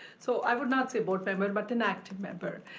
so i would not say board member, but an active member.